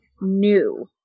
new